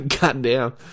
Goddamn